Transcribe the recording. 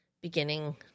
beginning